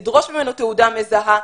לדרוש ממנו תעודה מזהה,